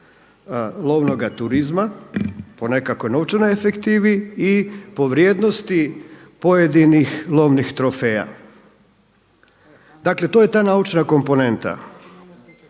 lovnoga turizma po nekakvoj novčanoj efektivi i po vrijednosti pojedinih lovnih trofeja. Dakle to je ta naučna komponenta